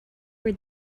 were